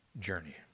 journey